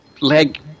leg